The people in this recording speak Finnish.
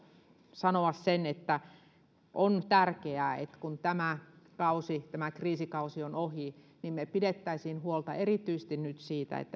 sanoa sen että on tärkeää että kun tämä kausi tämä kriisikausi on ohi niin me pitäisimme huolta erityisesti nyt siitä